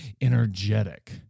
energetic